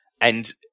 And-